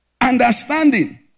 understanding